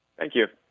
thank you.